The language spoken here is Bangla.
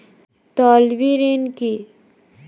তলবি ঋন কি?